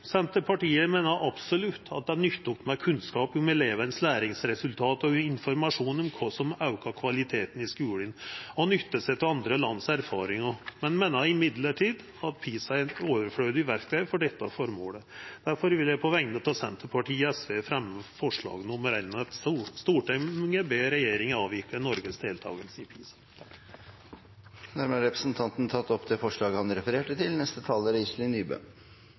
Senterpartiet meiner at det absolutt er nyttig med kunnskap om læringsresultat hos eleven og informasjon om kva som aukar kvaliteten i skulen, og å nytta seg av erfaringar i andre land, men vi meiner at PISA er eit overflødig verktøy for dette formålet. Difor vil eg på vegner av Senterpartiet og SV fremja forslaget: «Stortinget ber regjeringen avvikle Norges deltakelse i Programme for International Student Assessment.» Representanten Ivar Odnes har tatt opp det forslaget han refererte.